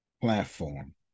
platform